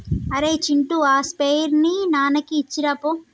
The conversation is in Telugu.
అరేయ్ చింటూ ఆ స్ప్రేయర్ ని నాన్నకి ఇచ్చిరాపో